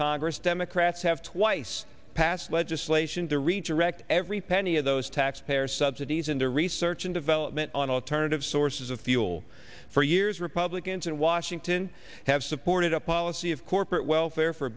congress democrats have twice passed legislation to reach a record every penny of those taxpayer subsidies into research and development on alternative sources of fuel for years republicans in washington have supported a policy of corporate welfare for